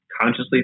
consciously